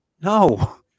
No